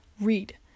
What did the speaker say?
read